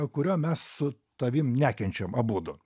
kurio mes su tavim nekenčiam abudu